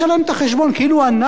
כאילו אנחנו אשמים.